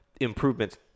improvements